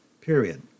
period